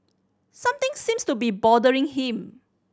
something seems to be bothering him